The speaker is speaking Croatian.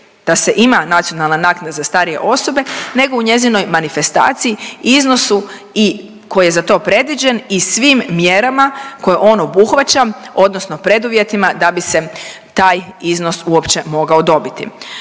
da se ima nacionalna naknada za starije osobe nego u njezinoj manifestaciji, iznosu i, koji je za to predviđen, i svim mjerama koje on obuhvaća odnosno preduvjetima da bi se taj iznos uopće mogao dobiti.